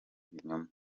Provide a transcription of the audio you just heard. ibinyoma